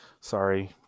sorry